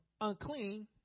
unclean